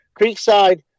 Creekside